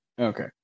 Okay